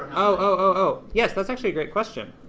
oh, oh, oh, yes. that's actually a great question.